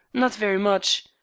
not very much.